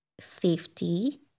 safety